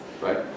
right